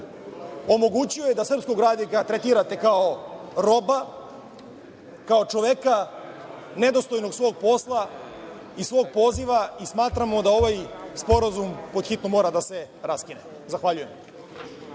omogućio je da srpskog radnika tretirate kao roba, kao čoveka nedostojnog svog posla i svog poziva i smatramo da ovaj sporazum pod hitno mora da se raskine. Zahvaljujem.